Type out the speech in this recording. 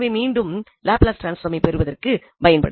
எனவே இதனை மீண்டும் லாப்லஸ் டிரான்ஸ்பாமை பெறுவதற்கு பயன்படுத்தலாம்